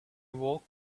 walked